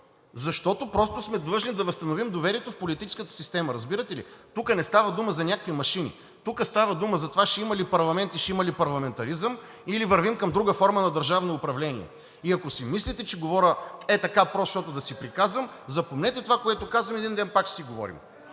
защото просто сме длъжни да възстановим доверието в политическата система, разбирате ли? Тук не става дума за някакви машини, тук става дума за това ще има ли парламент и ще има ли парламентаризъм, или вървим към друга форма на държавно управление. И ако си мислите, че говоря ей така, защото да си приказвам, запомнете това, което казвам, и един ден пак ще си говорим.